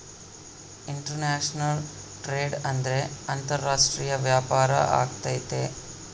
international trade ಅಂದ್ರೆ ಅಂತಾರಾಷ್ಟ್ರೀಯ ವ್ಯಾಪಾರ ಆಗೈತೆ